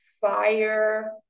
Fire